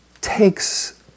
takes